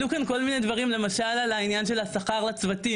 עלו כאן כל מיני דברים למשל על העניין של השכר לצוותים,